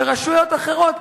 ורשויות אחרות,